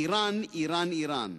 אירן, אירן, אירן.